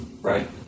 Right